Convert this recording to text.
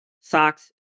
socks